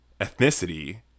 ethnicity